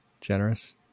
generous